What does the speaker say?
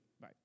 Bye